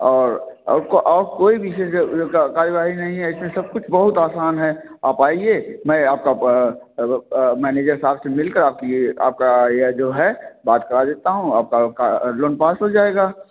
और को कोई भी ऐसे कोई नहीं है इस में सब कुछ बहुत आसान है आप आइए मैं आपका मैनेजर साहब से मिलकर आपकी आपका आई डी या जो है बात करवा कर आपका लोन पास हो जाएगा